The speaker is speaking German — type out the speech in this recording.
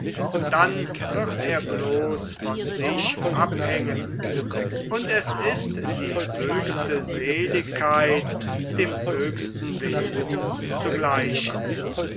dann wird er bloß von sich abhängen und es ist die höchste seeligkeit dem höchsten wesen zu gleichen